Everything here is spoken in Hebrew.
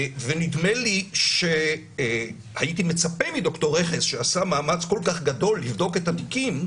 ונדמה לי שהייתי מצפה מד"ר רכס שעשה מאמץ כל כך גדול לבדוק את התיקים,